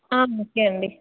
ఆ ఓకే అండి